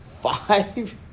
Five